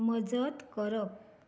मजत करप